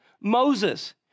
Moses